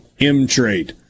mtrade